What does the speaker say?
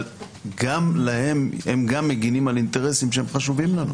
אבל גם הם מגנים על אינטרסים שחשובים לנו.